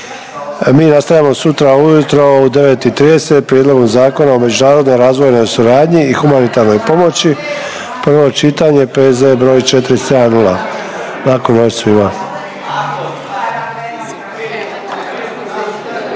mi nastavljamo sutra ujutro u 9 i 30 Prijedlogom Zakona o međunarodnoj razvojnoj suradnji i humanitarnoj pomoći, prvo čitanje, P.Z. br. 470.. Laku noć svima!